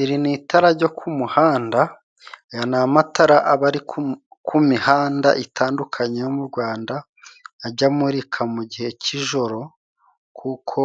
Iri ni itara jyo ku muhanda, aya ni amatara aba ari ku mihanda itandukanye yo mu gwanda ajya amurika mu gihe cy'ijoro, kuko